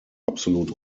absolut